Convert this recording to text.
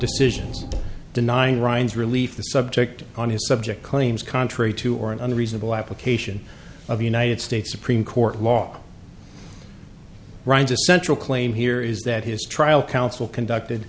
decisions denying ryan's relief the subject on his subject claims contrary to or an unreasonable application of the united states supreme court law runs a central claim here is that his trial counsel conducted